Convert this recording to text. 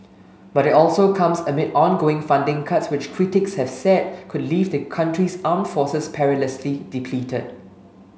but it also comes amid ongoing funding cuts which critics have said could leave the country's arm forces perilously depleted